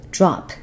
Drop